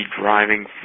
driving